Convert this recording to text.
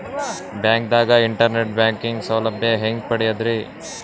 ಬ್ಯಾಂಕ್ದಾಗ internet banking ಸೌಲಭ್ಯ ಹೆಂಗ್ ಪಡಿಯದ್ರಿ?